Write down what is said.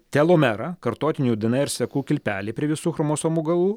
telomera kartotinių dnr ir sekų kilpelė prie visų chromosomų galų